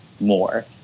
more